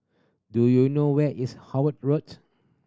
do you know where is Howard Road